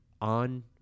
on